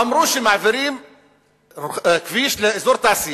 אמרו שמעבירים כביש לאזור תעשייה,